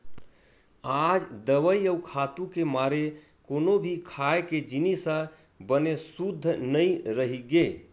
आज दवई अउ खातू के मारे कोनो भी खाए के जिनिस ह बने सुद्ध नइ रहि गे